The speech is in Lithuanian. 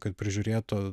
kad prižiūrėtų